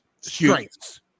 strengths